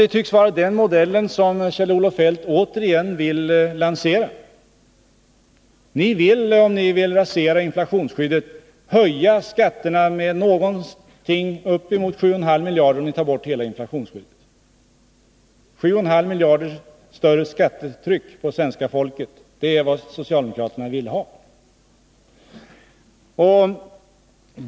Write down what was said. Det tycks vara den modell som Kjell-Olof Feldt åter vill lansera. Genom att rasera hela inflationsskyddet höjer ni skatterna med ungefär 7,5 miljarder kronor. 7,5 miljarder kronor större skattetryck på det svenska folket är vad socialdemokraterna vill ha.